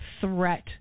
threat